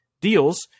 deals